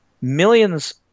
Millions –